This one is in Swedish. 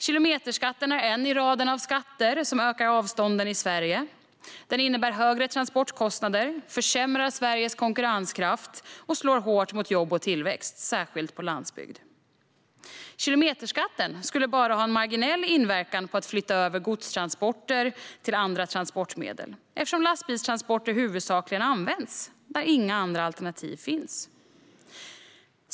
Kilometerskatten är en i raden av skatter som ökar avstånden i Sverige. Den innebär högre transportkostnader, den försämrar Sveriges konkurrenskraft och slår hårt mot jobb och tillväxt, särskilt på landsbygden. Kilometerskatten skulle bara ha en marginell inverkan på en överflyttning av godstransporter till andra transportmedel, eftersom lastbilstransporter huvudsakligen används där inga andra alternativ finns.